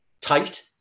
tight